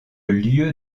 lieu